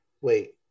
Wait